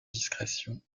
discrétion